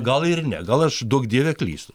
gal ir ne gal aš duok dieve klystu